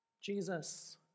Jesus